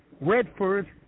Redford